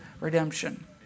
redemption